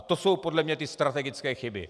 To jsou podle mě ty strategické chyby.